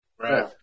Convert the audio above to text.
Right